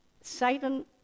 Satan